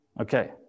Okay